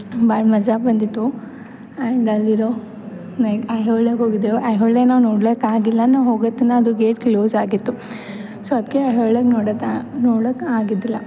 ಭಾಳ ಮಝ ಬಂದಿತ್ತು ಆ್ಯಂಡ್ ಅಲ್ಲಿರೋ ನೈಟ್ ಐಹೊಳೆಗೆ ಹೋಗಿದ್ದೆವು ಐಹೊಳೆ ನಾವು ನೋಡ್ಲಿಕ್ಕೆ ಆಗಿಲ್ಲ ನಾವು ಹೋಗೋ ತನಕ ಅದು ಗೇಟ್ ಕ್ಲೋಸ್ ಆಗಿತ್ತು ಸೊ ಅದಕ್ಕೆ ಐಹೊಳೆನ ನೋಡಕ್ಕೆ ನೋಡ್ಲಿಕ್ಕೆ ಆಗಿದಿಲ್ಲ